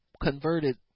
converted